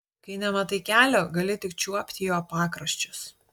kai nematai kelio gali tik čiuopti jo pakraščius